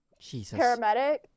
paramedic